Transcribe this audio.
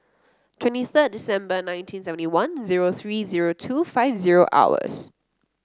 twenty third December nineteen seventy one zero three zero two five zero hours